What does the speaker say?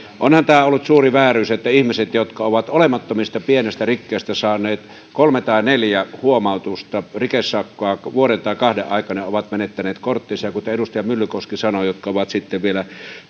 onhan tämä ollut suuri vääryys että ihmiset jotka ovat olemattomista pienistä rikkeistä saaneet kolme tai neljä huomautusta rikesakkoa vuoden tai kahden aikana ovat menettäneet korttinsa ja kuten edustaja myllykoski sanoi ihmiset jotka ovat sitten vielä